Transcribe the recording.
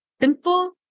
simple